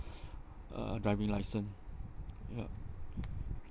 uh driving licence ya